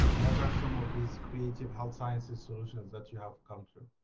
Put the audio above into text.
what are some of these creative health sciences solutions that you have come through?